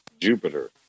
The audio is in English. Jupiter